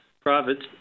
profits